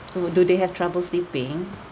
do do they have trouble sleeping